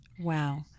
Wow